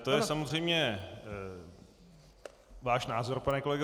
To je samozřejmě váš názor, pane kolego.